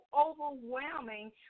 overwhelming